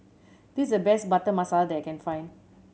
this is the best Butter Masala that I can find